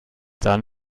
dann